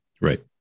Right